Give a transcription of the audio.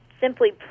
simply